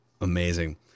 amazing